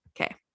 Okay